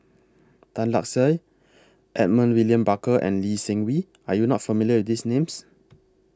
Tan Lark Sye Edmund William Barker and Lee Seng Wee Are YOU not familiar These Names